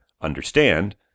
understand